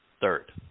Third